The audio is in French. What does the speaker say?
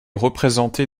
représenté